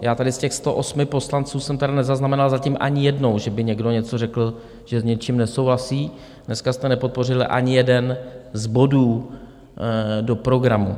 Já tady z těch 108 poslanců jsem tedy nezaznamenal zatím ani jednou, že by někdo něco řekl, že s něčím nesouhlasí, dneska jste nepodpořili ani jeden z bodů do programu.